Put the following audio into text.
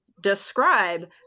describe